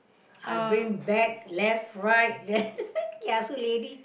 I bring bag left right left kiasu lady